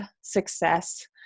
success